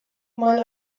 mal